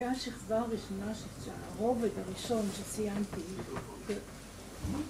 זה שכבה ראשונה, ‫הרובד הראשון שציינתי...